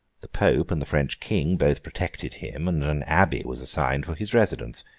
the pope and the french king both protected him, and an abbey was assigned for his residence.